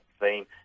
theme